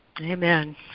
Amen